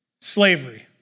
Slavery